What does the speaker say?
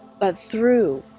but through,